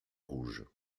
rouge